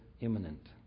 imminent